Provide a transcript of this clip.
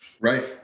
Right